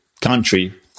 country